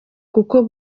kuko